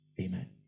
Amen